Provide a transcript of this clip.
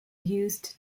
used